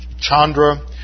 Chandra